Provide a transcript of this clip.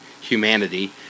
humanity